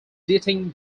editing